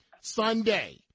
Sunday